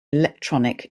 electronic